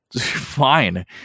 Fine